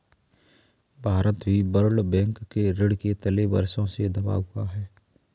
भारत भी World Bank के ऋण के तले वर्षों से दबा हुआ है